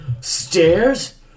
Stairs